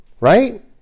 right